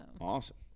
Awesome